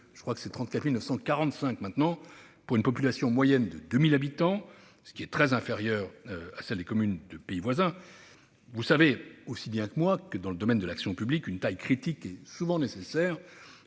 pays comptait 34 955 communes pour une population moyenne d'environ 2 000 habitants, ce qui est bien inférieur à celle des communes de nos pays voisins. Vous le savez aussi bien que moi, dans le domaine de l'action publique, une taille critique est souvent nécessaire